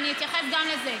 אני אתייחס גם לזה.